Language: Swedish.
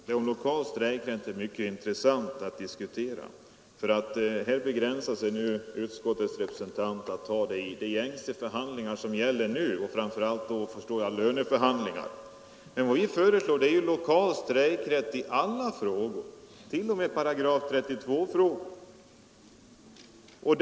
Fru talman! Den här diskussionen om lokal strejkrätt är inte särskilt intressant, för här begränsar sig nu utskottets representant till de förhandlingsmöjligheter som nu finns — framför allt, förstår jag, löneförhandlingar. Men vad vi föreslår är ju lokal strejkrätt i alla frågor, t.o.m. frågor som faller under 8 32.